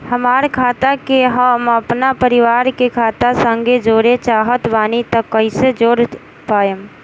हमार खाता के हम अपना परिवार के खाता संगे जोड़े चाहत बानी त कईसे जोड़ पाएम?